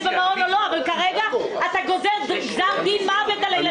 במעון או לא אבל כרגע אתה גוזר גזר דין מוות על הילדים האלה.